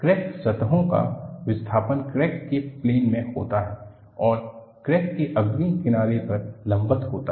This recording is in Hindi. क्रैक सतहों का विस्थापन क्रैक के प्लेन में होता है और क्रैक के अग्रणी किनारे पर लंबवत होता है